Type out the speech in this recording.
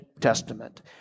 Testament